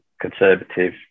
conservative